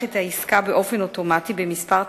את העסקה באופן אוטומטי בכמה תנאים,